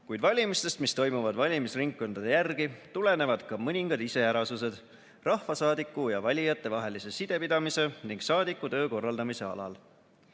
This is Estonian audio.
Kuid valimistest, mis toimuvad valimisringkondade järgi, tulenevad ka mõningad iseärasused rahvasaadiku ja valijate vahelise sidepidamise ning saadikutöö korraldamise alal.